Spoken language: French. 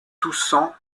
toussant